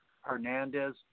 Hernandez